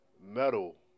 Metal